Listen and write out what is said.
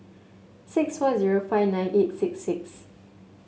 six four zero five nine eight six six